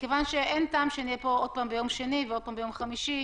מכיוון שאין טעם שנהיה פה עוד פעם ביום שני ועוד פעם ביום חמישי,